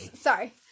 Sorry